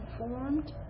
informed